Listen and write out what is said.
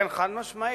כן, חד-משמעית.